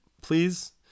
please